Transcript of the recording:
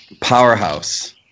Powerhouse